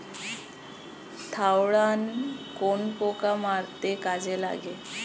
Thiodan কোন পোকা মারতে কাজে লাগে?